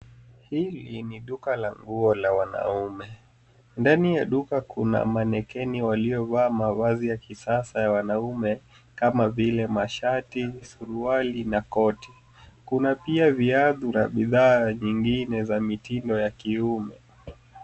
Hili ni duka la nguo la wanaume ndani ya duka kuna manekeni walio valia mavazi ya kisasa ya wanaume kama vile mashati suruali na koti. Kuna pia baadhi ya bidhaa za kimitindo za kiume